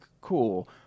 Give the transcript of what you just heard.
cool